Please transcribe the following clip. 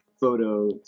photo